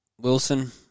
Wilson